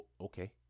okay